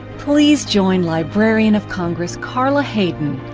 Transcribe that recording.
please join librarian of congress, carla hayden,